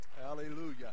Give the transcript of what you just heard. hallelujah